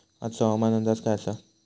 आजचो हवामान अंदाज काय आसा?